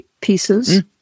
pieces